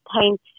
paint